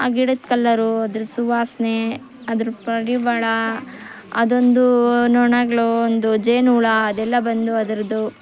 ಆ ಗಿಡದ ಕಲರು ಅದ್ರ ಸುವಾಸನೆ ಅದ್ರ ಪರಿಮಳ ಅದೊಂದು ನೊಣಗಳು ಒಂದು ಜೇನು ಹುಳ ಅದೆಲ್ಲ ಬಂದು ಅದರದ್ದು